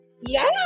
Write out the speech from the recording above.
Yes